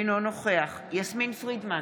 אינו נוכח יסמין פרידמן,